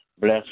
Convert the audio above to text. Bless